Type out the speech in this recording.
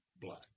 black